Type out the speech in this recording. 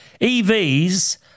EVs